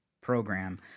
program